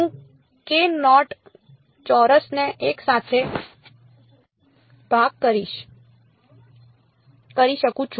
હું k naught ચોરસને એકસાથે ભેગા કરી શકું છું